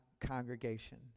congregation